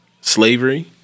slavery